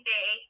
Day